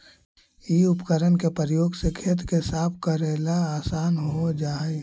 इ उपकरण के प्रयोग से खेत के साफ कऽरेला असान हो जा हई